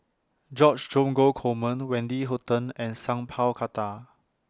George Dromgold Coleman Wendy Hutton and Sat Pal Khattar